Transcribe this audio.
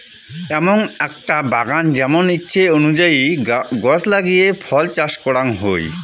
এমন আকটা বাগান যেমন ইচ্ছে অনুযায়ী গছ লাগিয়ে ফল চাষ করাং হই